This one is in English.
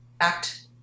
act